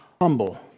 humble